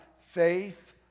faith